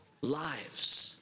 lives